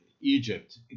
Egypt